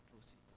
proceed